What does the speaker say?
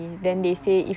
oh